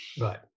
right